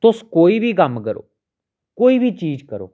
तुस कोई बी कम्म करो कोई बी चीज करो